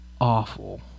awful